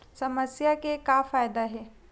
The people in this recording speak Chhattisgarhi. समस्या के का फ़ायदा हे?